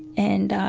and